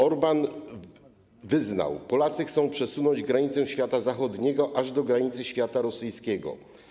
Orbán wyznał: Polacy chcą przesunąć granice świata zachodniego aż do granicy świata rosyjskiego.